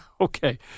Okay